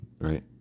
right